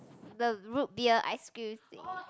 the root beer ice cream